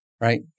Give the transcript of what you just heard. Right